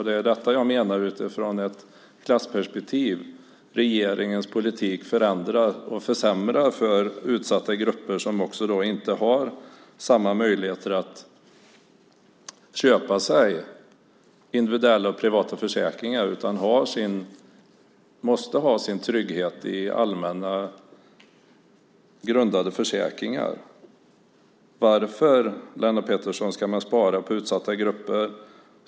Det är här jag menar, utifrån ett klassperspektiv, att regeringens politik förändrar och försämrar för utsatta grupper, som inte har samma möjligheter att köpa sig individuella och privata försäkringar utan måste ha sin trygghet i allmänt grundade försäkringar. Varför, Lennart Pettersson, ska man spara på utsatta grupper?